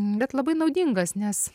bet labai naudingas nes